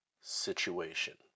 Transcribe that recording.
situation